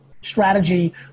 strategy